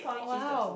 oh !wow!